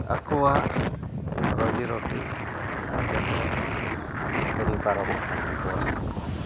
ᱟᱠᱚᱣᱟᱜ ᱨᱩᱡᱤ ᱨᱩᱴᱤ ᱟᱨ ᱡᱚᱛᱚᱣᱟᱜ ᱠᱟᱹᱢᱤ ᱯᱟᱨᱚᱢᱚᱜ ᱠᱟᱱ ᱛᱟᱠᱚᱣᱟ